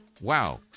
Wow